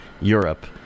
Europe